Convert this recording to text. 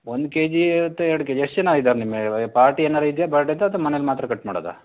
ಒಂದು K G ಇರುತ್ತೆ ಎರ್ಡ್ ಕೆ ಜಿ ಎಷ್ಟು ಜನ ಇದ್ದಾರೆ ನಿಮ್ಮ ಪಾರ್ಟಿ ಏನಾರು ಇದೇಯ ಬರ್ಡೇದು ಅಥ್ವಾ ಮನೆಲ್ಲಿ ಮಾತ್ರ ಕಟ್ ಮಾಡೋದಾ